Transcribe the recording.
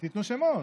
כשתיתנו שמות.